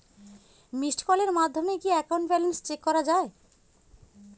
Missed কলের মাধ্যমে কি একাউন্ট ব্যালেন্স চেক করা যায়?